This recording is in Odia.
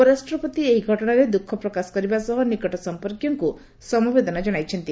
ଉପରାଷ୍ଟ୍ରପତି ଏହି ଘଟଣାରେ ଦ୍ରୁଖପ୍ରକାଶ କରିବା ସହ ନିକଟ ସମ୍ପର୍କୀୟଙ୍କୁ ସମବେଦନା ଜଣାଇଛନ୍ତି